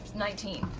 nineteen.